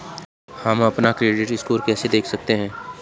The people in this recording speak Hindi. हम अपना क्रेडिट स्कोर कैसे देख सकते हैं?